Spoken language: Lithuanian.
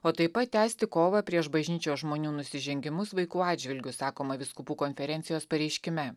o taip pat tęsti kovą prieš bažnyčios žmonių nusižengimus vaikų atžvilgiu sakoma vyskupų konferencijos pareiškime